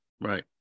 Right